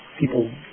people